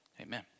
amen